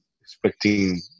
expecting